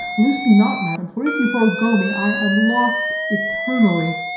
loose me not, madam, for if you forgo me, i am lost eternally.